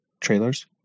trailers